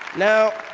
now,